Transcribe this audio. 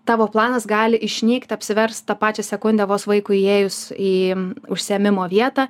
tavo planas gali išnykt apsiverst tą pačią sekundę vos vaikui įėjus į užsiėmimo vietą